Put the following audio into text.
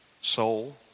soul